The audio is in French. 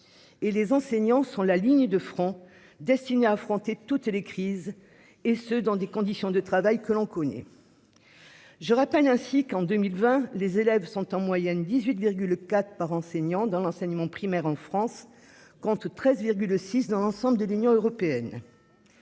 Et les enseignants sont la ligne de francs destinés à affronter toutes les crises et ce dans des conditions de travail que l'on connaît. Je rappelle ainsi qu'en 2020, les élèves sont en moyenne 18,4 par enseignant dans l'enseignement primaire en France contre 13,6 dans l'ensemble de l'Union européenne.